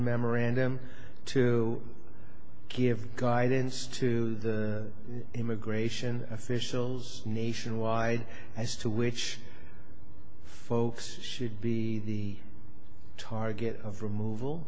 memorandum to give guidance to the immigration officials nationwide as to which folks should be the target of removal